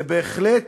זה בהחלט